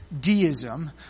deism